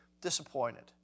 disappointed